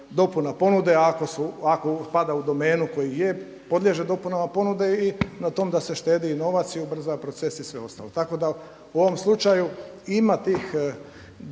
dopuna ponude ako pada u domenu koji je podliježe dopunama ponude i na tom da se štedi novac i ubrza proces i sve ostalo. Tako da u ovom slučaju ima tih navoda